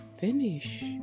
Finish